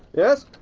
yes,